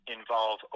involve